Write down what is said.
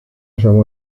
llamó